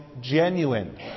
genuine